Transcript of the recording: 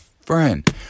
friend